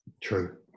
True